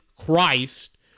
Christ